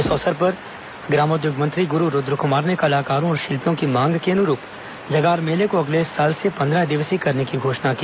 इस अवसर पर ग्रामोद्योग मंत्री गुरू रूद्रकुमार ने कलाकारों और शिल्पियों की मांग के अनुरूप जगार मेले को अगले साल से पंद्रह दिवसीय करने की घोषणा की